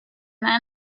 then